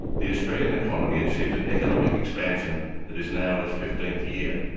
the australian economy achieved an economic expansion that is now in its fifteenth year.